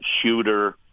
shooter